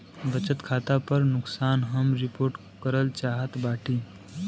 बचत खाता पर नुकसान हम रिपोर्ट करल चाहत बाटी